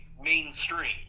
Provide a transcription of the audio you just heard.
mainstream